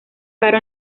caro